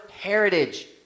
heritage